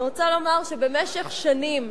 אני רוצה לומר שבמשך שנים